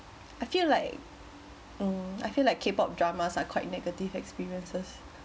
I feel like mm I feel like K pop dramas are quite negative experiences